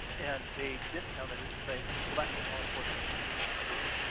and they discounted it to say, well, that's what law enforcement and police do.